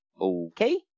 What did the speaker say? Okay